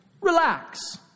Relax